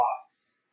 costs